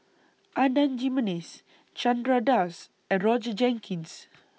Adan Jimenez Chandra Das and Roger Jenkins